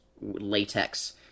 latex